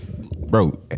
Bro